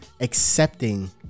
accepting